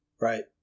right